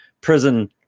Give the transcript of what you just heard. prison